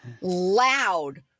Loud